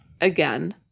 Again